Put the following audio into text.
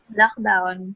lockdown